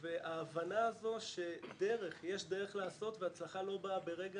וההבנה הזו שיש דרך לעשות והצלחה לא באה ברגע,